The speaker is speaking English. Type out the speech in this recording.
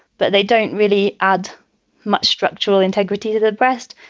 but they don't really add much structural integrity to the breast.